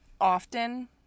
often